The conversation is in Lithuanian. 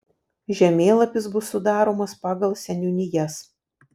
žemėlapis bus sudaromas pagal seniūnijas